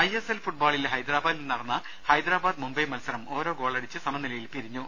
ISL ഫുട് ബോളിൽ ഹൈദരാബാദിൽ നടന്ന ഹൈദരാബാദ് മുംബൈ മത്സരം ഓരോ ഗോളടിച്ച് സമനിലയിൽ പിരിഞ്ഞു